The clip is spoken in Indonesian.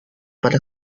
pada